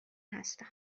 هستم